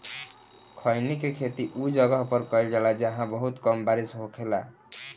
खईनी के खेती उ जगह पर कईल जाला जाहां बहुत कम बारिश होखेला